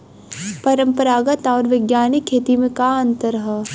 परंपरागत आऊर वैज्ञानिक खेती में का अंतर ह?